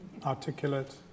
articulate